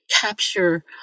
capture